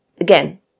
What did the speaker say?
again